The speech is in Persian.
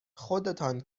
خودتان